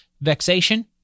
vexation